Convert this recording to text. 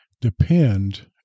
depend